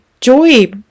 joy